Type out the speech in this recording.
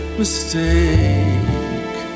mistake